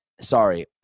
Sorry